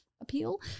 Appeal